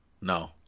No